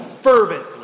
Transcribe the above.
fervently